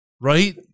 right